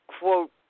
Quote